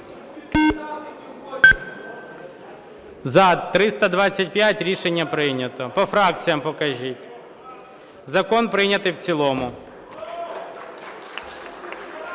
За-325 Рішення прийнято. По фракціям покажіть. Закон прийнятий в цілому.